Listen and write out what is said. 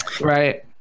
right